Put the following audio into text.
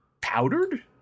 Powdered